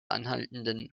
anhaltenden